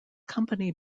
company